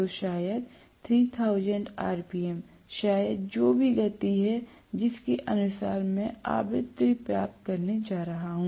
तो शायद 3000 rpm शायद जो भी गति है जिसके अनुसार मैं आवृत्ति प्राप्त करने जा रहा हूं